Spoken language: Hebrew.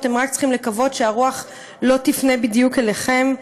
אתם רק צריכים לקוות שהרוח לא תפנה בדיוק אליכם.